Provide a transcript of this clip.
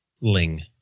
Ling